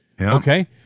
Okay